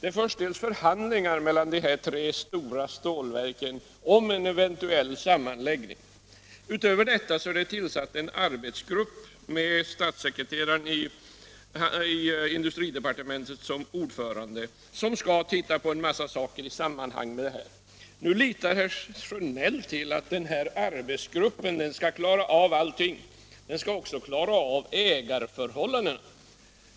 Det förs förhandlingar mellan de här tre stora stålverken om en eventuell sammanläggning. Utöver detta har det tillsatts en arbetsgrupp — med en statssekreterare i industridepartementet som ordförande — för att titta på en rad saker i det här sammanhanget. Nu litar herr Sjönell till att den här arbetsgruppen skall klara av allting, även ägarförhållanden.